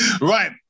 Right